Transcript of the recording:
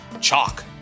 Chalk